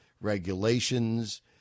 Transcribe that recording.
regulations